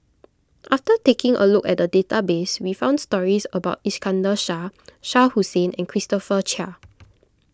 after taking a look at the database we found stories about Iskandar Shah Shah Hussain and Christopher Chia